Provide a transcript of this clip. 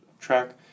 track